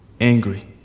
angry